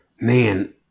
Man